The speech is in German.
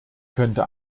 könnte